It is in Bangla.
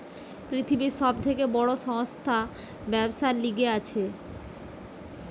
পৃথিবীর সব থেকে বড় সংস্থা ব্যবসার লিগে আছে